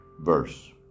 verse